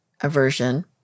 aversion